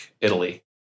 Italy